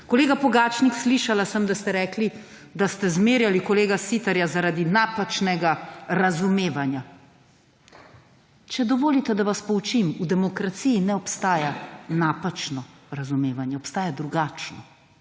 Kolega Pogačnik, slišal sem, da ste rekli, da ste zmerjali kolega Siterja zaradi napačnega razumevanja. Če dovolite, da vas poučim, v demokraciji ne obstaja napačno razumevanje. Obstaja drugačno.